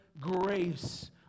grace